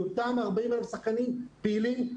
כי אותם 40,000 שחקנים פעילים,